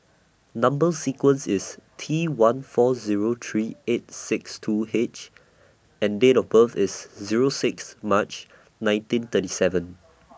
Number sequence IS T one four Zero three eight six two H and Date of birth IS Zero six March nineteen thirty seven